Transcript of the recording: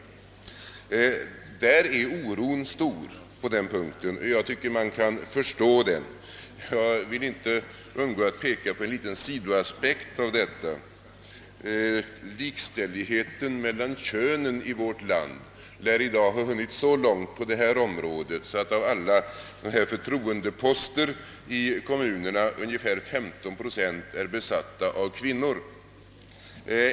På den punkten är oron stor, och det tycker jag att man kan förstå. Jag kan inte underlåta att nämna en liten sidoaspekt på detta. Likställigheten mellan könen i vårt land lär i dag ha hunnit så långt på detta område, att av alla förtroendeposter i kommunerna ungefär 15 procent är besatta av kvinnor.